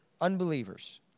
unbelievers